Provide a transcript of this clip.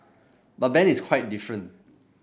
but Ben is quite different